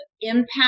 impact